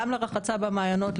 גם לרחצה במעיינות,